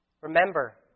remember